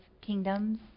kingdoms